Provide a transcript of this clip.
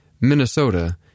Minnesota